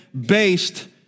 Based